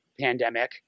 pandemic